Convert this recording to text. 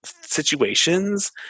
situations